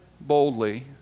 boldly